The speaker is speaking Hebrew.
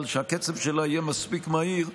אבל אני מקווה שהקצב שלה יהיה מספיק מהיר,